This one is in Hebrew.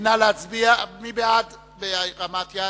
נא להצביע בהרמת יד.